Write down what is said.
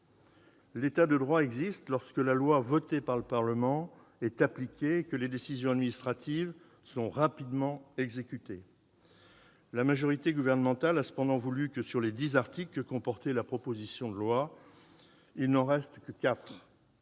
L'État de droit existe lorsque la loi votée par le Parlement est appliquée et que les décisions administratives sont rapidement exécutées. La majorité gouvernementale a cependant voulu que, sur les dix articles que comportait la proposition de loi sénatoriale, il n'en reste que quatre.